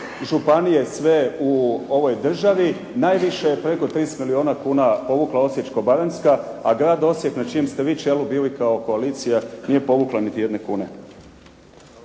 županije sve u ovoj državi, najviše je preko …/Govornik se ne razumije./… milijuna kuna povukla Osječko-baranjska, a Grad Osijek na čijem ste vi čelu bili kao koalicija nije povukla niti jedne kune.